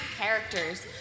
characters